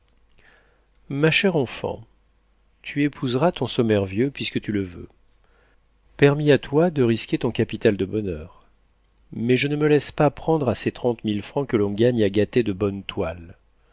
ma chère enfant tu épouseras ton sommervieux puisque tu le veux permis à toi de risquer ton capital de bonheur mais je ne me laisse pas prendre à ces trente mille francs que l'on gagne à gâter de bonnes toiles